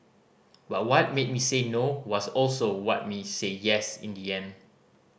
but what made me say No was also what made me say Yes in the end